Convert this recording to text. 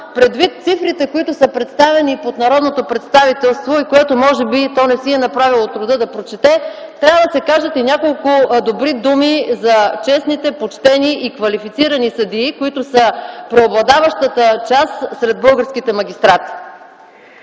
предвид цифрите, които са представени пред народното представителство и то може би не си е направило труда да прочете, трябва да се кажат и няколко добри думи за честните, почтени и квалифицирани съдии, които са преобладаващата част сред българските магистрати.